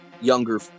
younger